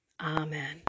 Amen